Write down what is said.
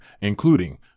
including